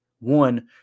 One